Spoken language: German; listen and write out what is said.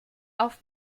auf